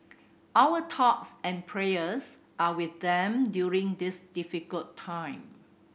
our thoughts and prayers are with them during this difficult time